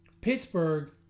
Pittsburgh